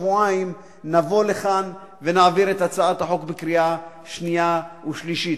שבועיים נבוא לכאן ונעביר את הצעת החוק בקריאה שנייה ושלישית.